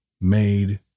made